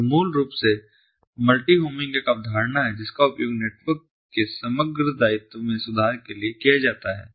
तो मूल रूप से मल्टी होमिंग एक अवधारणा है जिसका उपयोग नेटवर्क के समग्र दायित्व में सुधार के लिए किया जाता है